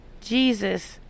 Jesus